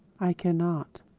i cannot.